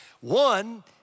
One